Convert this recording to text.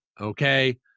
Okay